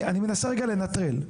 אני מנסה לנטרל.